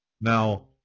Now